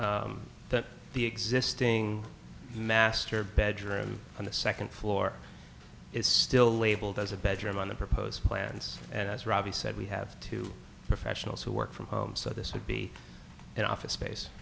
six that the existing master bedroom on the second floor is still labeled as a bedroom on the proposed plans and as robbie said we have two professionals who work from home so this would be an office space